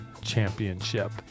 championship